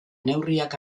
neurriak